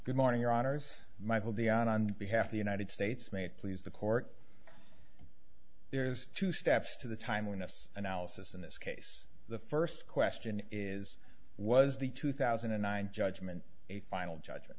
good morning your honour's michael dionne on behalf of the united states may please the court there is two steps to the time when us analysis in this case the first question is was the two thousand and nine judgment a final judgment